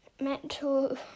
metal